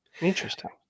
Interesting